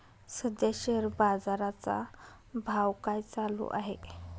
सध्या शेअर बाजारा चा भाव काय चालू आहे?